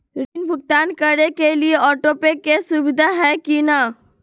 ऋण भुगतान करे के लिए ऑटोपे के सुविधा है की न?